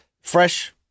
fresh